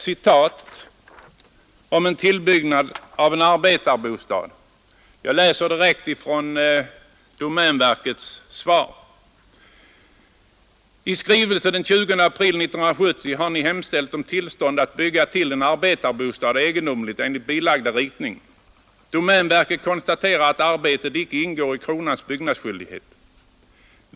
Låt mig sedan anföra ett citat ur en skrivelse från domänverket angående tillbyggnad av en arbetarbostad: Domänverket konstaterar, att arbetet icke ingår i kronans byggnadsskyldighet.